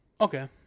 Okay